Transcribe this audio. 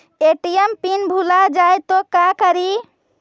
ATM PIN भुला जाए तो का करी?